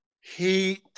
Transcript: Heat